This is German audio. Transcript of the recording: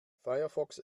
firefox